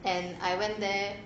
and I went there